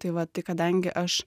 tai va tai kadangi aš